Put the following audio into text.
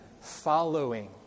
following